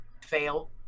fail